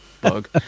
bug